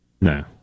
No